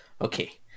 Okay